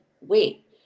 wait